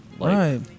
right